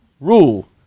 rule